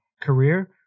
career